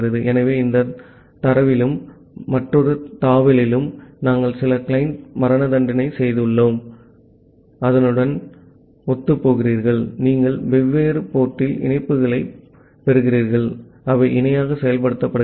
ஆகவே இந்த தாவலிலும் மற்றொரு தாவலிலும் நாங்கள் சில கிளையன்ட் மரணதண்டனை செய்துள்ளோம் அதனுடன் ஒத்துப்போகிறீர்கள் நீங்கள் வெவ்வேறு portல் இணைப்புகளைப் பெறுகிறீர்கள் அவை இணையாக செயல்படுத்தப்படுகின்றன